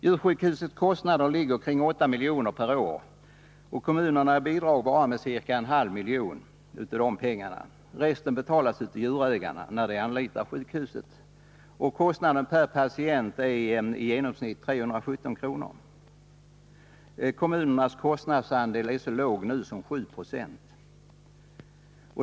Djursjukhusets kostnader ligger kring 8 milj.kr. årligen. Kommunerna bidrar bara med ca en halv miljon av de pengarna. Resten betalas av djurägarna när de anlitar sjukhuset. Kostnaden per patient är i genomsnitt 317 kr. Kommunernas kostnadsandel är så låg som 7 90.